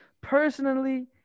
personally